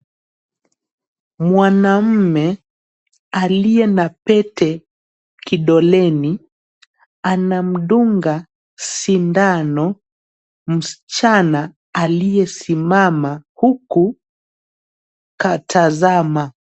Mwanamume aliye na pete kidoleni anamdunga sindano msichana aliyesimama huku katazama.